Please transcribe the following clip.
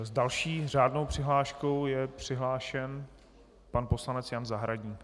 S další řádnou přihláškou je přihlášen pan poslanec Jan Zahradník.